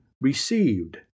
received